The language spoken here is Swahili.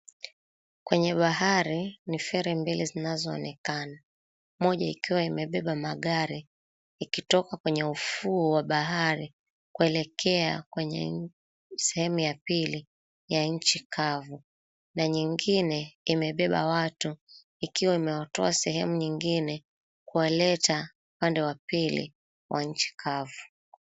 Kwenye bahari, ni feri mbili zinazoonekana. Moja ikiwa imebeba magari ikitoka kwenye ufuo wa bahari kuelekea kwenye sehemu ya pili ya nchi kavu na nyingine imewabeba watu ikiwa imewatoa sehemu nyingine kuwaleta upande wa pili wa nchi kavu.